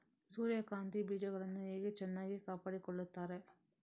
ಸೂರ್ಯಕಾಂತಿ ಬೀಜಗಳನ್ನು ಹೇಗೆ ಚೆನ್ನಾಗಿ ಕಾಪಾಡಿಕೊಳ್ತಾರೆ?